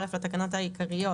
(להלן התקנות העיקריות),